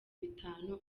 bitanu